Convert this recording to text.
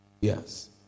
yes